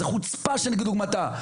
זה חוצפה שאין כדוגמתה,